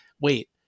wait